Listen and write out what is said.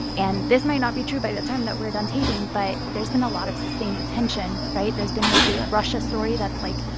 and this might not be true by the time that we're done taping, but there's been a lot of sustained attention, right? there's been no big. yeah. russia story that's, like,